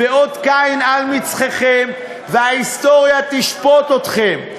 זה אות קין על מצחכם, וההיסטוריה תשפוט אתכם.